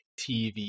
tv